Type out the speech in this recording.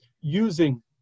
using